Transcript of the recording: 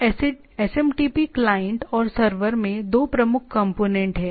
तो SMTP client और server में 2 प्रमुख कंपोनेंट हैं